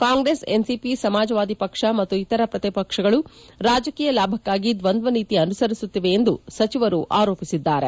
Congress NCP Samajwadi ಪಕ್ಷ ಮತ್ತು ಇತರ ಪ್ರತಿಪಕ್ಷಗಳು ರಾಜಕೀಯ ಲಾಭಕ್ಷಾಗಿ ದ್ವಂದ್ವ ನೀತಿ ಅನುಸರಿಸುತ್ತಿವೆ ಎಂದು ಸಚಿವರು ಆರೋಪಿಸಿದ್ದಾರೆ